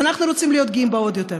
ואנחנו רוצים להיות גאים בה עוד יותר.